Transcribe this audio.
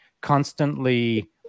constantly